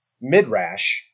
midrash